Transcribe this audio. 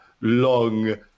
long